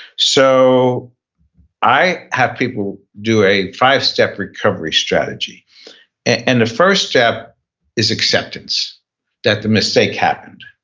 so i have people do a five-step recovery strategy and the first step is acceptance that the mistake happened.